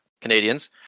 Canadians